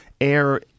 air